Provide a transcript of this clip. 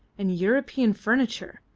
and european furniture.